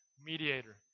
mediator